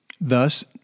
Thus